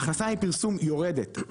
ההכנסה מפרסום יורדת.